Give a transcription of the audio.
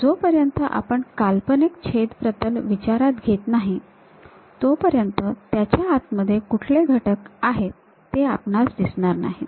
जोपर्यंत आपण काल्पनिक छेद प्रतल विचारात घेत नाही तोपर्यंत त्याच्या आतमध्ये कुठले घटक आहेत ते आपणास दिसणार नाहीत